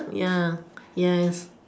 ya yes